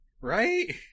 Right